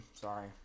Sorry